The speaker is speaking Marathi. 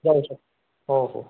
जाऊ शकतो हो हो